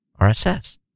RSS